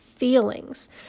Feelings